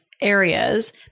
areas